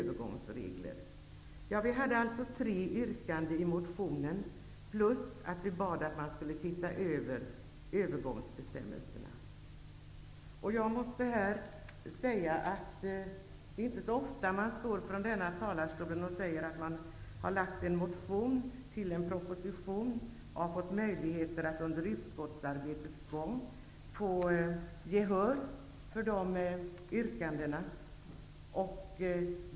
Vi hade alltså tre yrkanden i motionen förutom att vi bad att man skulle se över övergångsbestämmelserna. Det är inte så ofta som man från talarstolen kan säga att man har väckt en motion till en proposition och under utskottsarbetets gång fått gehör för sina yrkanden.